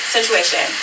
Situation